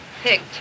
picked